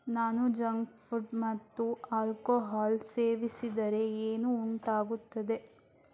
ನಾನು junk food ಮತ್ತು alcohol ಸೇವಿಸಿದರೆ ಏನು ಉಂಟಾಗುತ್ತದೆ